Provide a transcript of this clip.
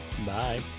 Bye